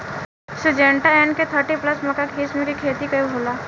Syngenta N K thirty plus मक्का के किस्म के खेती कब होला?